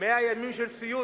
100 ימים של סיוט.